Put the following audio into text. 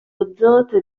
azoto